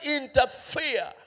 interfere